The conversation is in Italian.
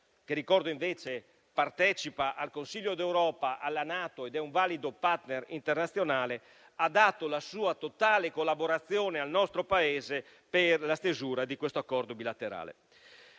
che ricordo invece partecipa al Consiglio d'Europa, alla NATO ed è un valido *partner* internazionale, ha dato la sua totale collaborazione al nostro Paese per la stesura di questo accordo bilaterale.